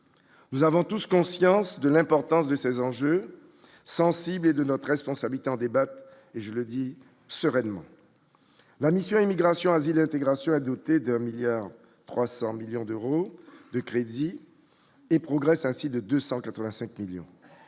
nous avons tous conscience de l'importance de ces enjeux sensibles et de notre responsabilité en débattent et je le dis sereinement la mission Immigration, asile et intégration a doté d'un milliard 300 millions d'euros de crédit et progresse ainsi de 285 millions je